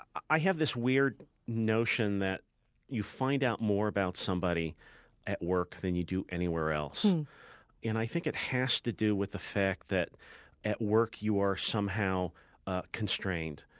i have this weird notion that you find out more about somebody at work than you do anywhere else and i think it has to do with the fact that at work you are somehow ah constrained,